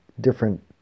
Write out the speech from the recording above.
different